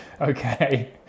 Okay